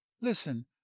Listen